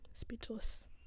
speechless